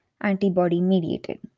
antibody-mediated